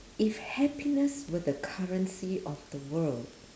if happiness were the currency of the world